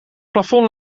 plafond